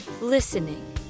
Listening